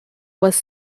was